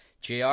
JR